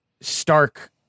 stark